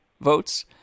votes